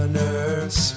nurse